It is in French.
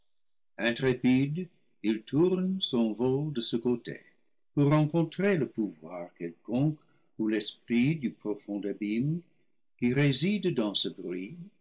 intrépide il tourne son vol de ce côté pour rencontrer le pouvoir quelconque ou l'esprit du profond abîme qui réside dans ce bruit